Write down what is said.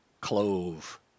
clove